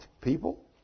people